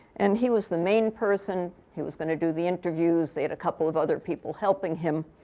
and he was the main person who was going to do the interviews. they had a couple of other people helping him.